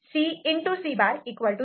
C' 0